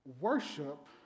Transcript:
worship